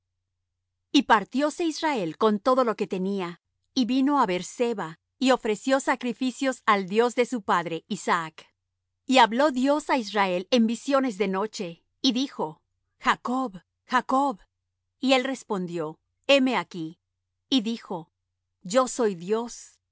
y partiose israel con todo lo que tenía y vino á beer-seba y ofreció sacrificios al dios de su padre isaac y habló dios á israel en visiones de noche y dijo jacob jacob y él respondió heme aquí y dijo yo soy dios